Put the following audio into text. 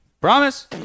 Promise